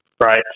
right